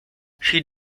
she